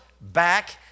back